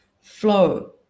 flow